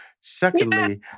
Secondly